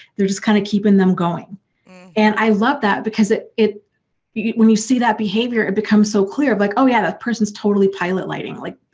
they're just kind of keeping them going and i love that because it. when you see that behavior it becomes so clear like oh, yeah that person's totally pilot lighting, like